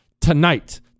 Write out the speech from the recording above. tonight